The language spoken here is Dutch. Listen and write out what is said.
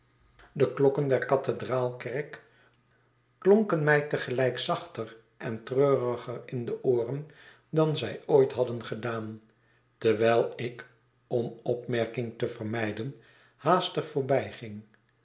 de klokken der kathedraal dekerk klonken mij te gelijk zachter en treuriger in de ooren dan zij ooit hadden gedaan terwijl ik om opmerking te vermijden haastig